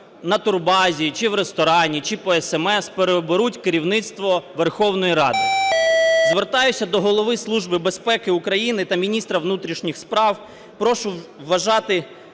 на турбазі чи в ресторані, чи по есемес переоберуть керівництво Верховної Ради. Звертаюсь до Голови Служби безпеки України та міністра внутрішніх справ, прошу вважати